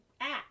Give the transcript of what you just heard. act